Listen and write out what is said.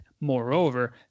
moreover